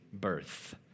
birth